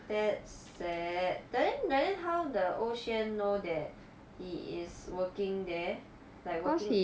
that's sad then then how the 欧萱 know that he is working there like working